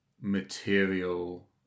material